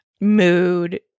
mood